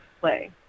play